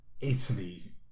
Italy